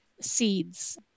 seeds